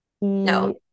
no